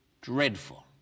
dreadful